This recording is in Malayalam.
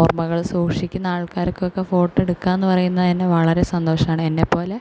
ഓർമ്മകൾ സൂക്ഷിക്കുന്ന ആൾക്കാർക്ക് ഒക്കെ തന്നെ ഫോട്ടോ എടുക്കുക എന്ന് പറയുന്നത് തന്നെ വളരെ സന്തോഷമാണ് എന്നെ പോലെ